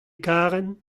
karen